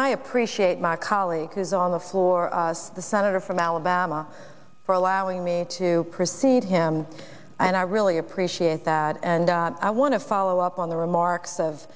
i appreciate my colleagues on the floor the senator from alabama for allowing me to proceed him and i really appreciate that and i want to follow up on the remarks of